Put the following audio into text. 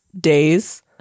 days